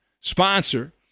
sponsor